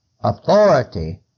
authority